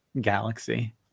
galaxy